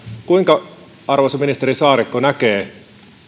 kuinka arvoisa ministeri saarikko näkee